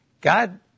God